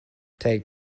take